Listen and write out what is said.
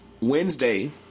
Wednesday